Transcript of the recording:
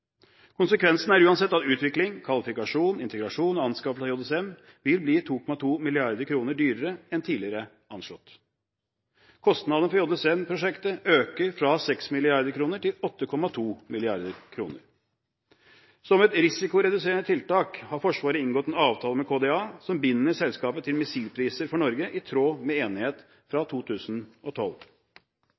Konsekvensen er uansett at utvikling, kvalifikasjon, integrasjon og anskaffelse av JSM vil bli 2,2 mrd. kr dyrere enn tidligere anslått. Kostnadene for JSM-prosjektet øker fra 6 mrd. kr til 8,2 mrd. kr. Som et risikoreduserende tiltak har Forsvaret inngått en avtale med KDA som binder selskapet til missilpriser for Norge, i tråd med enighet fra 2012.